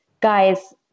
guys